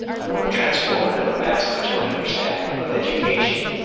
a more transformative emancipatory understanding of education.